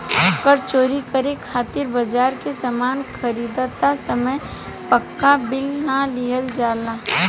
कार चोरी करे खातिर बाजार से सामान खरीदत समय पाक्का बिल ना लिहल जाला